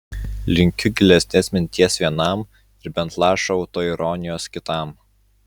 linkiu gilesnės minties vienam ir bent lašo autoironijos kitam